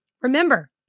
Remember